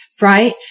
right